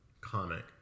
comic